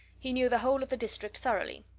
he knew the whole of the district thoroughly.